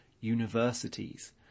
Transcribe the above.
universities